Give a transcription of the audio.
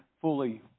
fully